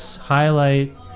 highlight